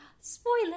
Spoilers